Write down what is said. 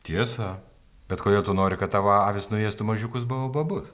tiesa bet kodėl tu nori kad tavo avys nuėstų mažiukus baobabus